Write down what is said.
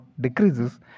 decreases